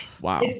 Wow